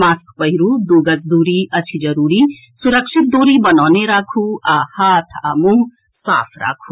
mask पहिरू दू गज दूरी अछि जरूरी सुरक्षित दूरी बनौने राखू आ हाथ आ मुंह साफ राखू